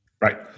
Right